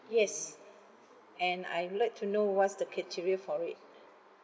yes and I would like to know what's the criteria for it